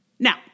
Now